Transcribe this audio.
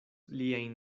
liajn